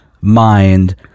mind